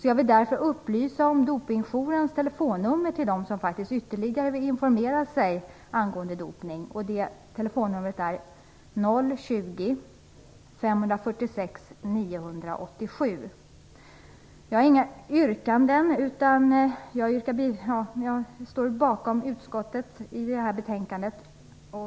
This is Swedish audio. För dem som vill ha ytterligare information om dopning vill jag upplysa om att dopningsjourens telefonnummer är Jag har inga egna yrkanden utan står bakom utskottets hemställan i detta betänkande. Tack för ordet!